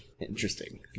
interesting